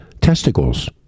testicles